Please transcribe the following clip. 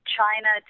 China